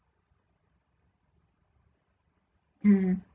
mm